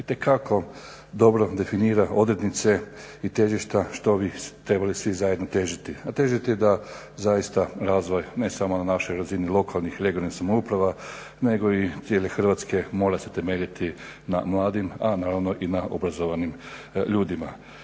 itekako dobro definira odrednice i težišta što bi trebali svi zajedno težiti, a težiti da zaista razvoj ne samo na našoj razini lokalnih, regionalnih samouprava nego i cijele Hrvatske mora se temeljiti na mladim, a naravno i na obrazovanim ljudima.